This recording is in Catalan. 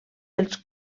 dels